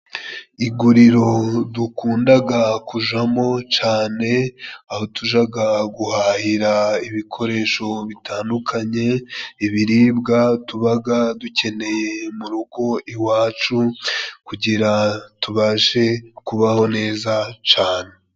Iguriro dukundaga kujamo cane, aho tujaga guhahira ibikoresho bitandukanye, ibiribwa tubaga dukeneye mu rugo iwacu, kugira tubashe kubaho neza cane.